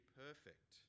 perfect